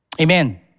Amen